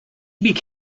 first